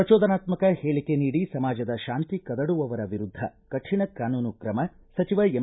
ಶ್ರಚೋದನಾತ್ಮಕ ಹೇಳಿಕೆ ನೀಡಿ ಸಮಾಜದ ಶಾಂತಿ ಕದಡುವವರ ವಿರುದ್ಧ ಕಠಿಣ ಕಾನೂನು ಕ್ರಮ ಸಚಿವ ಎಂ